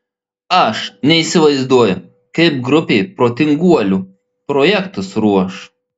aš neįsivaizduoju kaip grupė protinguolių projektus ruoš